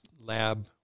lab